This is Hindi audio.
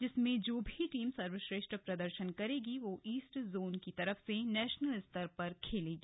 इसमें से जो टीम सर्वश्रेष्ठ प्रदर्शन करेगी वह ईस्ट जोन की तरफ से नेशनल स्तर पर खेलेगी